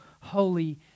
holy